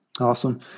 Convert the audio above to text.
Awesome